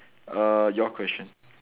err your question